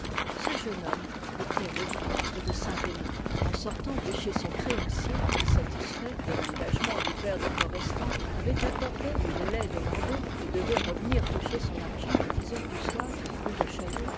ce jeune homme était le vicomte de saint-remy en sortant de chez son créancier qui satisfait de l'engagement du père de florestan avait accordé le délai demandé et devait revenir toucher son argent à dix heures du soir rue de chaillot